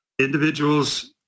Individuals